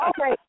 Okay